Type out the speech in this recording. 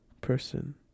person